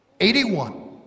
81